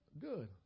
Good